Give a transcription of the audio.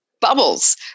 bubbles